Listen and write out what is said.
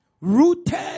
Rooted